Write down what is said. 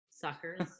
Suckers